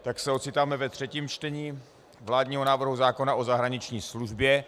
Tak se ocitáme ve třetím čtení vládního návrhu zákona o zahraniční službě.